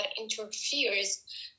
interferes